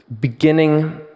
beginning